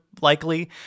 likely